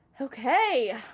Okay